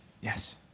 Yes